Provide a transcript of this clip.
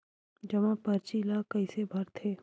जमा परची ल कइसे भरथे?